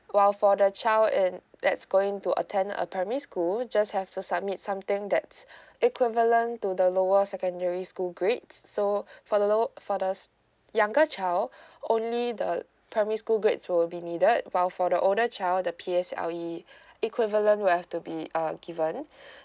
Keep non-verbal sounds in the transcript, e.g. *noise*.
while for the child in that's going to attend a primary school just have to submit something that's equivalent to the lower secondary school grade so for the lo~ for the younger child only the primary school grades will be needed while for the older child the P_S_L_E equivalent will have to be uh given *breath*